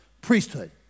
priesthood